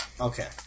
Okay